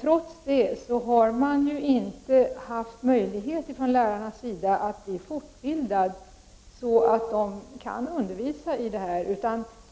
Trots det har lärarna inte haft möjlighet att bli fortbildade så att de kan undervisa i detta ämne.